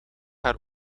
haar